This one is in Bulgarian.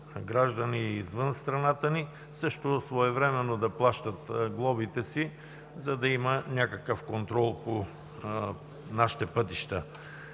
граждани извън страната ни, също своевременно да плащат глобите си, за да има някакъв контрол по нашите пътища.